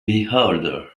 beholder